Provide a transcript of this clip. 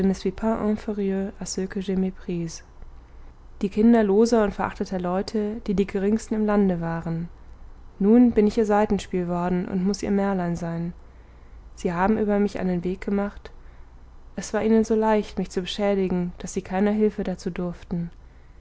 die kinder loser und verachteter leute die die geringsten im lande waren nun bin ich ihr saitenspiel worden und muß ihr märlein sein sie haben über mich einen weg gemacht es war ihnen so leicht mich zu beschädigen daß sie keiner hülfe dazu durften